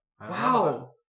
Wow